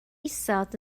isod